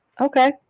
Okay